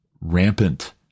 rampant